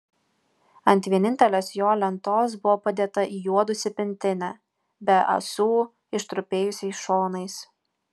ant vienintelės jo lentos buvo padėta įjuodusi pintinė be ąsų ištrupėjusiais šonais